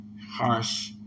harsh